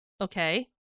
Okay